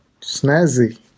Snazzy